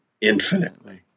infinitely